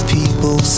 people